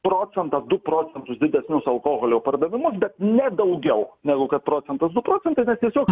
procentą du procentus didesnius alkoholio pardavimus bet ne daugiau negu kad procentas du procentai nes tiesiog